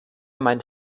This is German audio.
meint